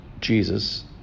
Jesus